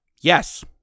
yes